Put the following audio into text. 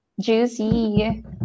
Juicy